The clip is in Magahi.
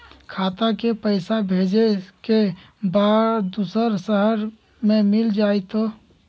खाता के पईसा भेजेए के बा दुसर शहर में मिल जाए त?